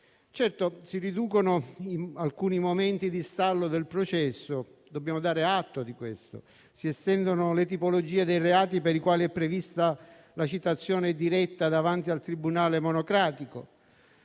Certo, si riducono alcuni momenti di stallo del processo, dobbiamo dare atto di questo; si estendono le tipologie dei reati per i quali è prevista la citazione diretta davanti al tribunale monocratico;